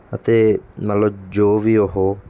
ਅਤੇ ਮਤਲਬ ਜੋ ਵੀ ਉਹ